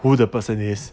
who the person is